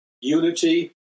unity